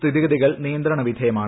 സ്ഥിതിഗതികൾ നിയന്ത്രണവിധേയമാണ്